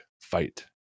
fight